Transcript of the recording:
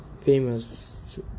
famous